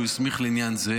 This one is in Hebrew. שהוא הסמיך לעניין זה,